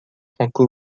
franco